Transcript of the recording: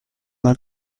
mal